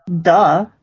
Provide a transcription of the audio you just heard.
Duh